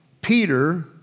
Peter